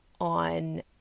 on